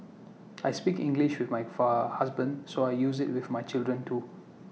I speak English with my far husband so I use IT with my children too